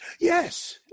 Yes